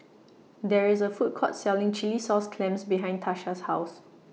There IS A Food Court Selling Chilli Sauce Clams behind Tasha's House